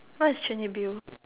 what is Chernobyl